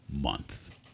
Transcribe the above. Month